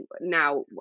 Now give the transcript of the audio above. now